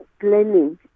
planning